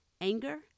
anger